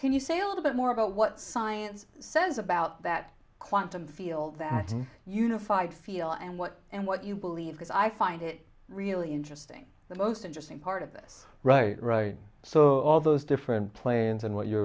can you say a little bit more about what science says about that quantum field that unified feel and what and what you believe because i find it really interesting the most interesting part of this right right so all those different planes and what you